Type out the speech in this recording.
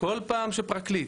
כל פעם בפרקליט